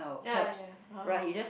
ya ya oh